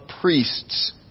priests